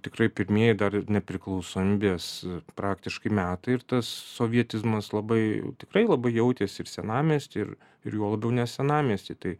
tikrai pirmieji dar ir nepriklausomybės praktiškai metai ir tas sovietizmas labai jau tikrai labai jautėsi ir senamiesty ir ir juo labiau ne senamiesty tai